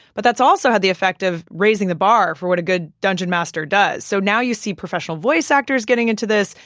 but that's also had the effect of raising the bar for what a good dungeon master does. so now you see professional voice actors getting into this,